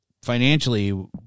Financially